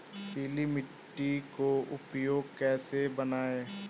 पीली मिट्टी को उपयोगी कैसे बनाएँ?